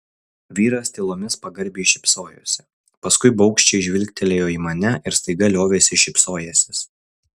vyras tylomis pagarbiai šypsojosi paskui baugščiai žvilgtelėjo į mane ir staiga liovėsi šypsojęsis